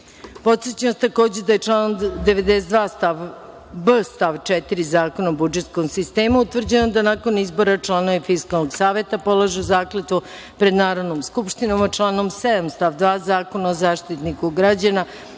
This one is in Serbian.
vas, takođe, da je članom 92b. stav 4. Zakona o budžetskom sistemu utvrđeno da nakon izbora, članovi Fiskalnog saveta polažu zakletvu pred Narodnom skupštinom, a članom 7. stav 2. Zakona o Zaštitniku građana,